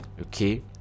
Okay